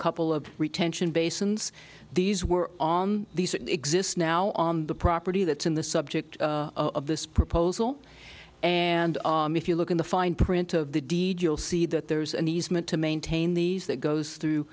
couple of retention basins these were on the exists now on the property that's in the subject of this proposal and if you look at the fine print of the deed you'll see that there's an easement to maintain these that goes through